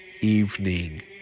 evening